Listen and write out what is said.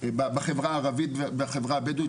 בחברה הערבית ובחברה הבדואית,